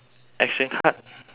action card